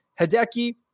hideki